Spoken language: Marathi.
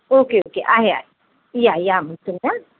ओके ओके आहे आहे या या मग तुम्ही हा